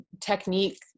technique